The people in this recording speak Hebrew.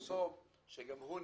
ומחסום, שגם הוא נפתח.